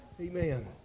Amen